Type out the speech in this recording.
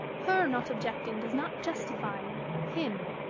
her not objecting does not justify him.